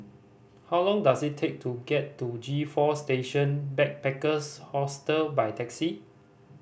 how long does it take to get to G Four Station Backpackers Hostel by taxi